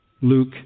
Luke